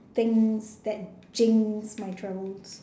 things that jinx my travels